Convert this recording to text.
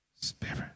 Spirit